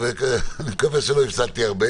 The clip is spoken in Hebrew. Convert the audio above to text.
אני מקווה שלא הפסדתי הרבה